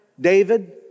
David